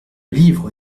livre